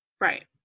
Right